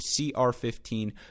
CR15